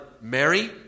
Mary